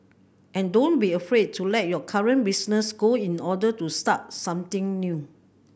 and don't be afraid to let your current business go in order to start something new